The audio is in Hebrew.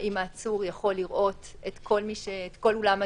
ואם העצור יכול לראות את כל אולם הדיונים.